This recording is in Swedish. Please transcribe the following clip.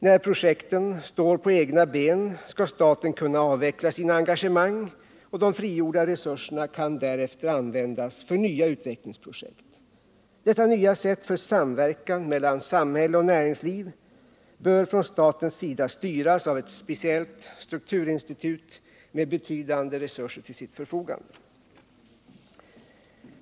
När projektet står på egna ben skall staten kunna avveckla sitt engagemang. De frigjorda resurserna kan därefter användas i nya utvecklingsprojekt. Detta nya sätt för samverkan mellan samhälle och näringsliv bör från statens sida styras av ett speciellt strukturinstitut med betydande resurser till sitt förfogande.